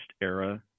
era